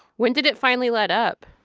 when did it finally let up?